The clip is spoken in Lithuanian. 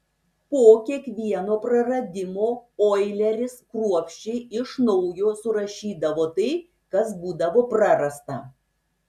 po kiekvieno praradimo oileris kruopščiai iš naujo surašydavo tai kas būdavo prarasta